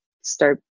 start